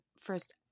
first